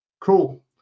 Cool